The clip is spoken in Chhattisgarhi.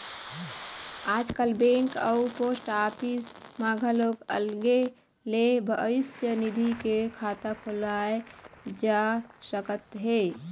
आजकाल बेंक अउ पोस्ट ऑफीस म घलोक अलगे ले भविस्य निधि के खाता खोलाए जा सकत हे